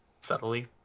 subtly